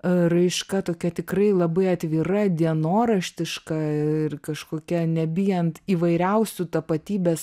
raiška tokia tikrai labai atvira dienoraštiška ir kažkokia nebijant įvairiausių tapatybės